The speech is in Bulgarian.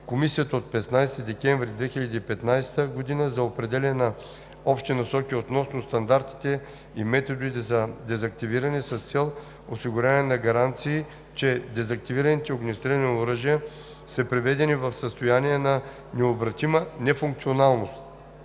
Комисията от 15 декември 2015 г. за определяне на общи насоки относно стандартите и методите за дезактивиране с цел осигуряване на гаранции, че дезактивираните огнестрелни оръжия са приведени в състояние на необратима нефункционалност